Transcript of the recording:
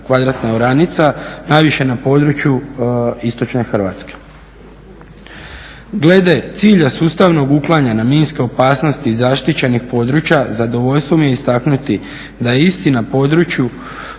km2 oranica, najviše na području istočne Hrvatske. Glede cilja sustavnog uklanjanja minske opasnosti zaštićenih područja zadovoljstvo mi je istaknuti da je isti na području